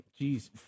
Jeez